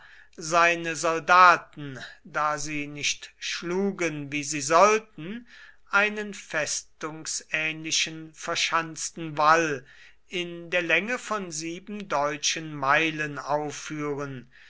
seine soldaten da sie nicht schlugen wie sie sollten einen festungsähnlich verschanzten wall in der länge von sieben deutschen meilen aufführen